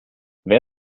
wer